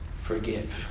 forgive